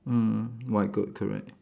mm white goat correct